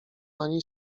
ani